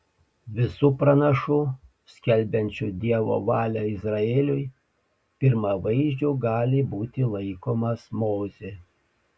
visų pranašų skelbiančių dievo valią izraeliui pirmavaizdžiu gali būti laikomas mozė